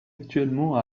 actuellement